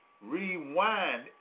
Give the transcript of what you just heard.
Rewind